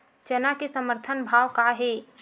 चना के समर्थन भाव का हे?